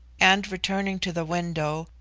and, returning to the window,